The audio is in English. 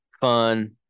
fun